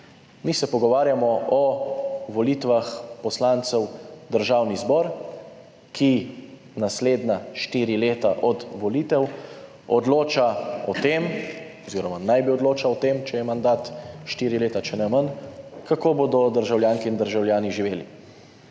Mi se pogovarjamo o volitvah poslancev v Državni zbor, ki naslednja štiri leta od volitev odloča o tem oziroma naj bi odločal o tem, če je mandat štiri leta, če ne manj, kako bodo državljanke in državljani živeli.